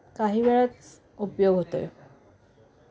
काही वेळाच उपयोग होतो आहे